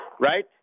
right